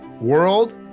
world